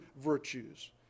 virtues